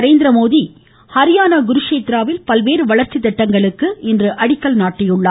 நரேந்திரமோடி ஹரியானா குருஷேத்ராவில் பல்வேறு வளர்ச்சி திட்டங்களுக்கு இன்று அடிக்கல் நாட்டினார்